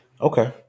Okay